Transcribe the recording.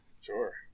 sure